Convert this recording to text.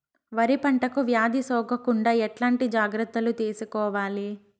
వరి పంటకు వ్యాధి సోకకుండా ఎట్లాంటి జాగ్రత్తలు తీసుకోవాలి?